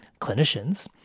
clinicians